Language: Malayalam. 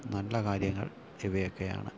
നല്ല കാര്യങ്ങൾ ഇവയൊക്കെ ആണ്